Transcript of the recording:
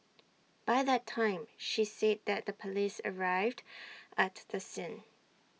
by that time she said that the Police arrived at the scene